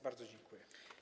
Bardzo dziękuję.